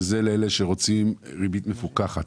לאלה שרוצים ריבית מפוקחת.